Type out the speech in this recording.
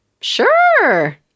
sure